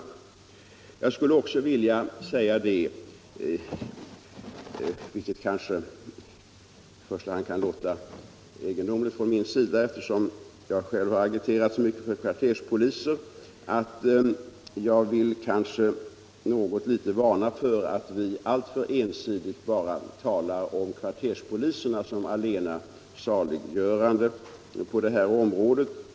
Slutligen vill jag också säga — vilket i första hand kanske kan låta egendomligt, eftersom jag själv har agiterat mycket för kvarterspoliser — att jag vill varna litet för att alltför ensidigt tala om kvarterspoliserna som allena saliggörande på detta område.